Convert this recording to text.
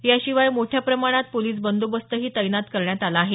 याशिवाय मोठ्या प्रमाणात पोलीस बंदोबस्त ही तैनात करण्यात आला आहे